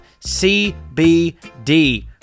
CBD